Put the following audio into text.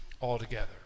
altogether